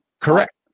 Correct